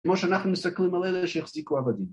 ‫כמו שאנחנו מסתכלים על אלה ‫שיחזיקו עבדים.